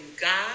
God